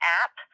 app